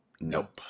Nope